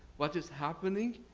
what is happening,